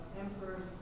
emperor